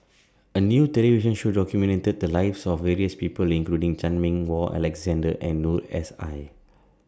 A New television Show documented The Lives of various People including Chan Meng Wah Alexander and Noor S I